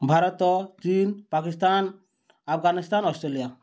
ଭାରତ ଚୀନ ପାକିସ୍ତାନ ଆଫଗାନିସ୍ତାନ ଅଷ୍ଟ୍ରେଲିଆ